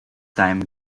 time